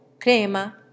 Crema